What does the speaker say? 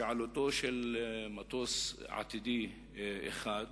שעלותו של מטוס עתידי אחד,